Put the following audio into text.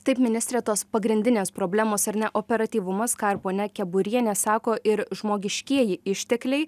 taip ministre tos pagrindinės problemos ar ne operatyvumas ką ir ponia keburienė sako ir žmogiškieji ištekliai